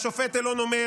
השופט אלון אומר: